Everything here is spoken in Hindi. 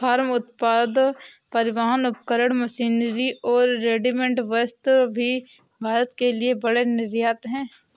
फार्म उत्पाद, परिवहन उपकरण, मशीनरी और रेडीमेड वस्त्र भी भारत के लिए बड़े निर्यात हैं